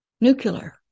nuclear